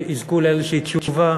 יזכו לאיזושהי תשובה,